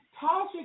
Tasha